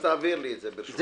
אז תעביר לי את זה ברשותך.